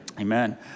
amen